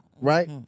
right